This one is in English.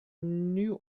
new